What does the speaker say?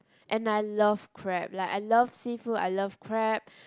and I love crab like I love seafood I love crab